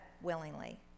willingly